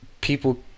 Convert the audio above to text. people